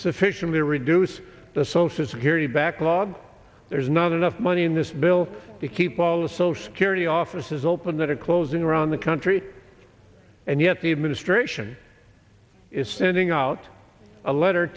sufficiently reduce the social security backlog there's not enough money in this bill to keep all the social security offices open that are closing around the country and yet the administration is sending out a letter